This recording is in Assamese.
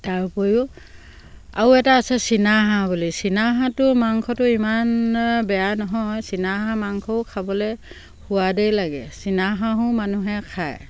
তাৰ উপৰিও আৰু এটা আছে চীনাহাঁহ বুলি চীনাহাঁহটো মাংসটো ইমান বেয়া নহয় চীনাহাঁহ মাংসও খাবলৈ সোৱাদেই লাগে চীনাহাঁহো মানুহে খায়